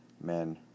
men